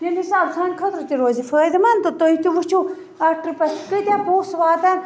تَمہِ حِساب سانہِ خٲطرٕ تہِ روزِ فٲیدٕ مَنٛد تہٕ تُہۍ تہِ وُچھِو اتھ ٹرٛپَس کٲتیٛاہ پۅنٛسہٕ واتَن